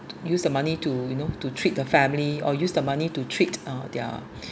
use the money to you know to treat the family or use the money to treat uh their